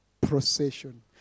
procession